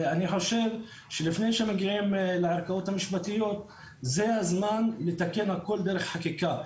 אני חושב שלפני שמגיעים לערכאות המשפטיות זה הזמן לתקן הכל דרך חקיקה.